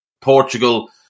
Portugal